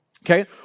Okay